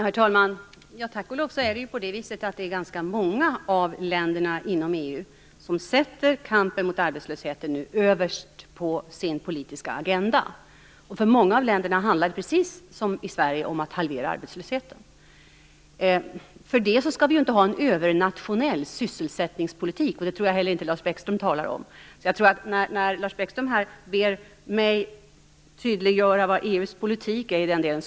Herr talman! Tack och lov är det ju nu ganska många länder inom EU som sätter kampen mot arbetslösheten överst på sin politiska agenda, och för många av länderna handlar det - precis som i Sverige - om att halvera arbetslösheten. Men detta gör inte att vi skall ha en övernationell sysselsättningspolitik, och jag tror inte heller att Lars Bäckström talar om en sådan. Lars Bäckström ber mig här att tydliggöra EU:s politik i den delen.